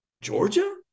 Georgia